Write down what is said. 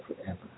forever